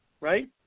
right